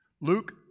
Luke